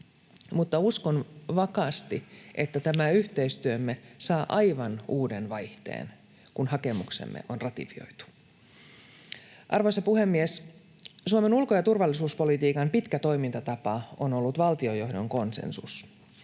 Mutta uskon vakaasti, että tämä yhteistyömme saa aivan uuden vaihteen, kun hakemuksemme on ratifioitu. Arvoisa puhemies! Suomen ulko- ja turvallisuuspolitiikan pitkä toimintatapa on ollut valtionjohdon konsensus.